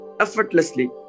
Effortlessly